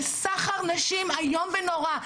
בסחר נשים איום ונורא,